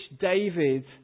David